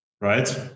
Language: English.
right